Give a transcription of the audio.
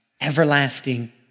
everlasting